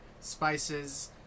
spices